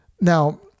Now